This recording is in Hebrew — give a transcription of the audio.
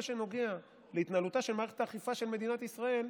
שנוגע להתנהלותה של מערכת האכיפה של מדינת ישראל,